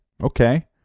Okay